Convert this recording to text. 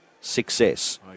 success